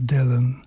Dylan